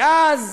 ואז